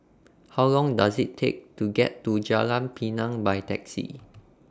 How Long Does IT Take to get to Jalan Pinang By Taxi